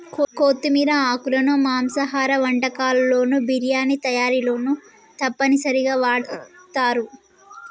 కొత్తిమీర ఆకులను మాంసాహార వంటకాల్లోను బిర్యానీ తయారీలోనూ తప్పనిసరిగా వాడుతారు